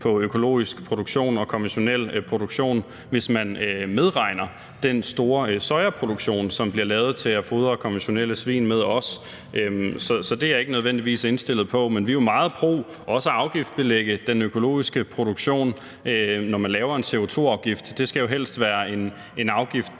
fra økologisk produktion og konventionel produktion, hvis man medregner den store sojaproduktion, som bliver lavet til at fodre konventionelt opdrættede svin med. Så det er jeg ikke nødvendigvis indstillet på, men vi er jo også meget for at afgiftsbelægge den økologiske produktion, når man laver en CO2-afgift. Det skal jo helst være en afgift